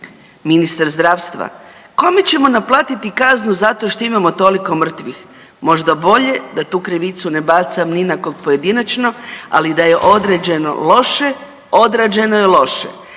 ministar zdravstva? Kome ćemo naplatiti kaznu zato što imamo toliko mrtvih? Možda bolje da tu krivicu ne bacam ni na kog pojedinačno ali da je određeno loše, određeno je loše.